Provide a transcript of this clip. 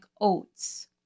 oats